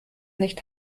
nicht